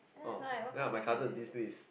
oh ya my cousin dean's list